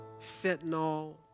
fentanyl